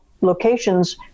locations